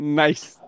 nice